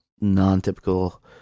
non-typical